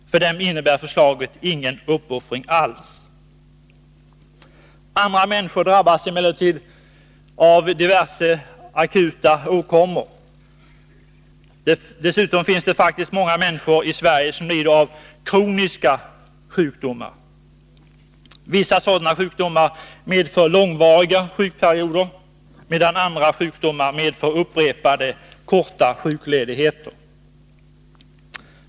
För dem innebär förslaget ingen uppoffring alls. Andra människor drabbas emellanåt av diverse akuta åkommor. Dessutom finns det faktiskt många människor i Sverige som lider av kroniska sjukdomar. Vissa sådana sjukdomar medför långvariga sjukperioder, medan andra sjukdomar medför upprepade, korta sjukledigheter.